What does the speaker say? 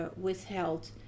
withheld